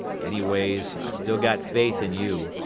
anyways i still got faith in you.